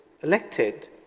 elected